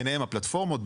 ביניהן הפלטפורמות,